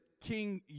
King